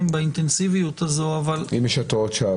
באינטנסיביות הזו --- האם יש התראות שווא?